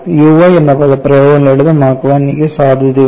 U y എന്ന പദപ്രയോഗം ലളിതമാക്കാൻ എനിക്ക് സാധ്യതയുണ്ട്